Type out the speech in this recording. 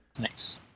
Nice